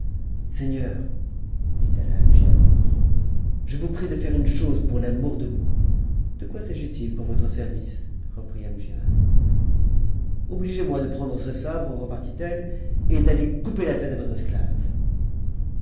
à amgiad en rentrant je sous prie de faire une chose pour l'amour de moi de quoi s'agit-il pour votre service reprit amgiad obligez-moi de prendre ce sabre parttt eue et d'aller couper la tête à votre esclave